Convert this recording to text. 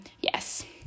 yes